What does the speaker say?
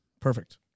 Perfect